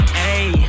hey